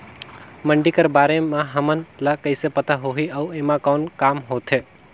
मंडी कर बारे म हमन ला कइसे पता होही अउ एमा कौन काम होथे?